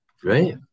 great